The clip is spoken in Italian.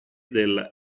del